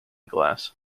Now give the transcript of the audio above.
glass